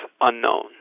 unknown